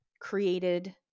created